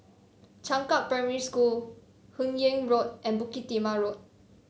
Changkat Primary School Hun Yeang Road and Bukit Timah Road